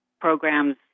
programs